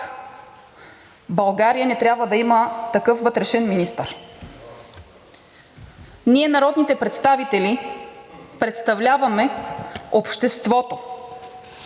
България не трябва да има такъв вътрешен министър. Ние народните представители представляваме обществото